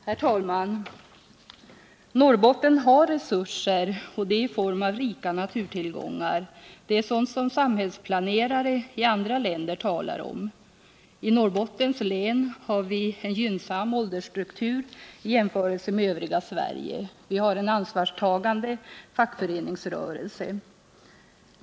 Herr talman! Norrbotten har resurser i form av rika naturtillgångar. Det är sådant som samhällsplanererare i andra länder talar om. I Norrbottens län har vi en gynnsam åldersstruktur i jämförelse med åldersstrukturen i det övriga Sverige, och vi har en ansvarstagande fackföreningsrörelse.